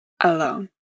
alone